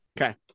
Okay